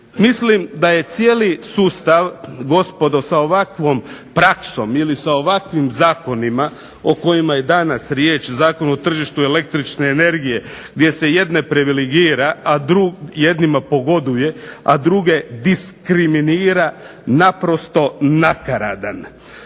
Mislim da je cijeli sustav gospodo sa ovakvom praksom ili sa ovakvim zakonima o kojima je danas riječ Zakon o tržištu električne energije, gdje se jedne privilegira, jednima pogoduje, a druge diskriminira naprosto nakaradan.